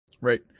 Right